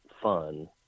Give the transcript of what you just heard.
fun